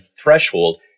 threshold